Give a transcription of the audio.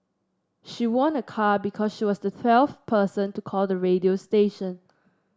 she won a car because she was the twelfth person to call the radio station